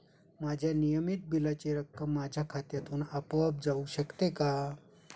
माझ्या नियमित बिलाची रक्कम माझ्या खात्यामधून आपोआप जाऊ शकते का?